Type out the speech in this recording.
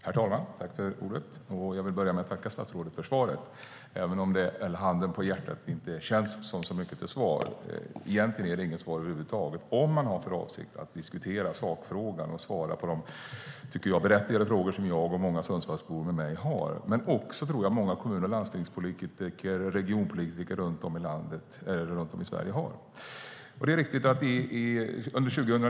Herr talman! Jag vill börja med att tacka statsrådet för svaret, även om det med handen på hjärtat inte kändes som mycket till svar. Egentligen är det inget svar över huvud taget om man har för avsikt att diskutera sakfrågan och svara på de i mitt tycke berättigade frågor som jag och många Sundsvallsbor med mig har liksom många kommun-, landstings och regionpolitiker runt om i Sverige.